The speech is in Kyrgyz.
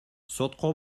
сотко